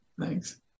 thanks